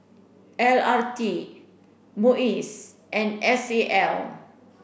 L R T MUIS and S A L